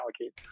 allocate